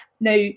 Now